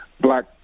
black